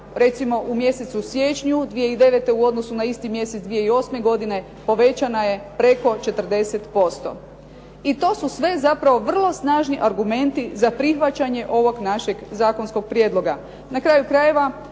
recimo u mjesecu siječnju 2009. u odnosu na isti mjesec 2008. godine povećana je preko 40%. I to su sve zapravo vrlo snažni argumenti za prihvaćanje ovog našeg zakonskog prijedloga.